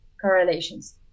correlations